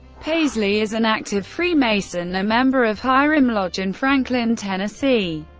paisley is an active freemason, a member of hiram lodge in franklin, tennessee.